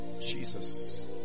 Jesus